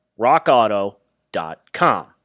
Rockauto.com